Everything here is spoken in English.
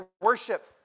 worship